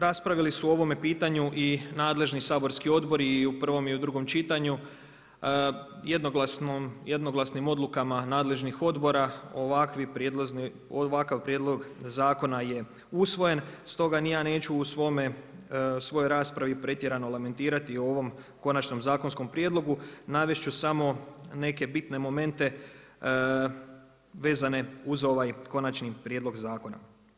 Raspravili su o ovom pitanju i nadležni saborski odbori i u prvom i u drugom čitanju, jednoglasnim odlukama nadležnih odbora ovakav prijedlog zakona je usvojen s toga ni ja neću u svojoj raspravi pretjerano lamentirati o ovom konačnom zakonskom prijedlogu, navest ću samo neke bitne momente vezane uz ovaj konačni prijedlog zakona.